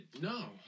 No